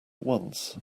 once